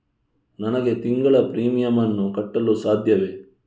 ನನಗೆ ತಿಂಗಳ ಪ್ರೀಮಿಯಮ್ ಅನ್ನು ಕಟ್ಟಲು ಸಾಧ್ಯವೇ?